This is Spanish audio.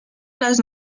las